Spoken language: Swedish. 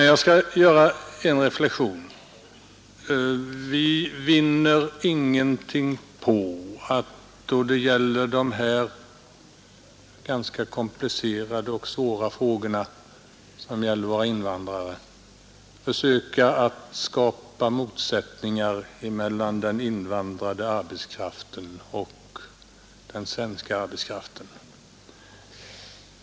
Jag skall göra en reflexion: Vi vinner ingenting på att i de ganska komplicerade och svåra frågor som gäller våra invandrare försöka skapa motsättningar mellan den invandrade arbetskraften och den svenska arbetskraften.